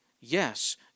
Yes